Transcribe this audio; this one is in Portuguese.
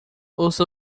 ouça